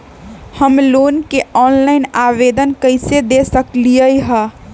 हम लोन के ऑनलाइन आवेदन कईसे दे सकलई ह?